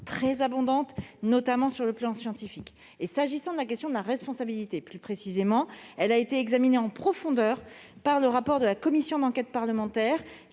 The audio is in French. très abondante, notamment sur le plan scientifique. S'agissant de la question de la responsabilité, elle a été examinée en profondeur par le rapport de la commission d'enquête parlementaire